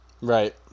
right